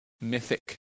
mythic